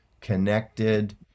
connected